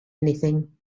anything